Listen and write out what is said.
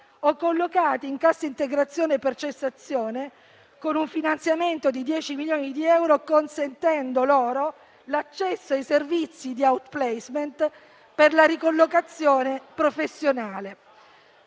o collocati in cassa integrazione per cessazione, con un finanziamento di 10 milioni di euro, consentendo loro l'accesso ai servizi di *outplacement* per la ricollocazione professionale.